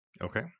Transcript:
Okay